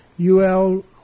UL